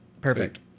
perfect